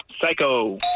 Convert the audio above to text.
Psycho